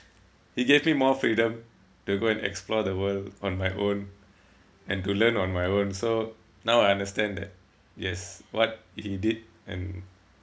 he gave me more freedom to go and explore the world on my own and to learn on my own so now I understand that yes what he did and